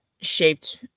shaped